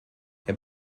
herr